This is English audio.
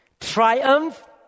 triumph